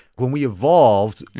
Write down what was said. when we evolved,